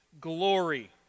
glory